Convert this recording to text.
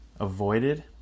avoided